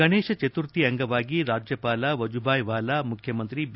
ಗಣೇಶ ಚತುರ್ಥಿ ಅಂಗವಾಗಿ ರಾಜ್ಯಪಾಲ ವಜೂಭಾಯಿ ವಾಲಾ ಮುಖ್ಯಮಂತ್ರಿ ಬಿ